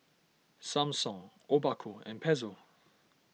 Samsung Obaku and Pezzo